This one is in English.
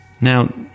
Now